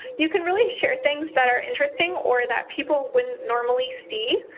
you can really share things that are interesting or that people wouldn't normally see.